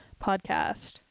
podcast